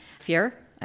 fear